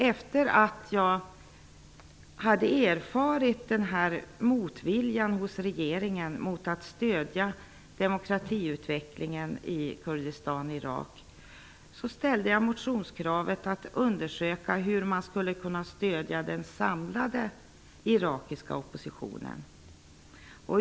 Efter att jag hade erfarit regeringens motvilja mot att stödja demokratiutvecklingen i Kurdistan i Irak ställde jag motionskravet att undersöka hur man skulle kunna stödja den samlade irakiska oppositionen.